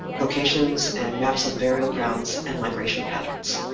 locations, and maps of burial grounds and migration patterns.